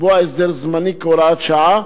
לקבוע הסדר זמני, כהוראת שעה,